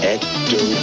Ecto